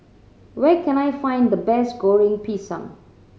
where can I find the best Goreng Pisang